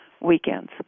weekends